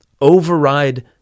override